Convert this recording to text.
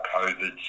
COVID